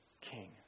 king